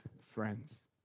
friends